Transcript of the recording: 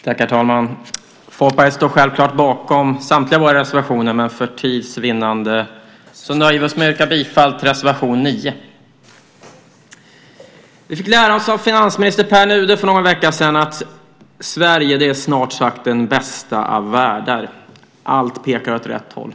Herr talman! Jag står naturligtvis bakom alla Folkpartiets reservationer, men för tids vinnande nöjer vi oss med att yrka bifall till reservation 9. För någon vecka sedan fick vi av finansminister Pär Nuder lära oss att Sverige är snart sagt den bästa av världar. Allt pekar åt rätt håll.